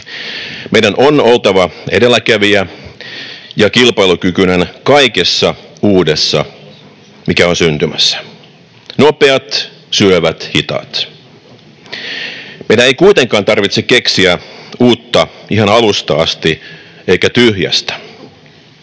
Meidän on oltava edelläkävijä ja kilpailukykyinen kaikessa uudessa, mikä on syntymässä. Nopeat syövät hitaat. Meidän ei kuitenkaan tarvitse keksiä uutta ihan alusta asti eikä tyhjästä.